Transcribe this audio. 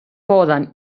poden